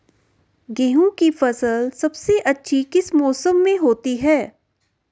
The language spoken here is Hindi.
गेंहू की फसल सबसे अच्छी किस मौसम में होती है?